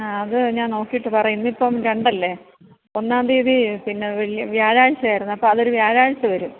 അത് ഞാൻ നോക്കിയിട്ട് പറയാം ഇന്നിപ്പം രണ്ടല്ലേ ഒന്നാം തീയതി പിന്നെ വെള്ളി വ്യാഴാഴ്ചയായിരുന്നു അപ്പം അതൊരു വ്യാഴാഴ്ച വരും